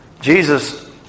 Jesus